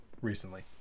recently